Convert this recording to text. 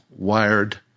wired